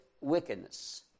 wickedness